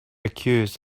accused